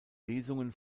lesungen